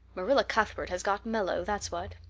marilla cuthbert has got mellow. that's what.